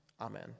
Amen